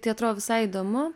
tai atrodo visai įdomu